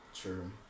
true